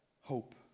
hope